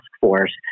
Force